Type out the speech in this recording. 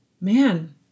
man